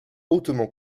hautement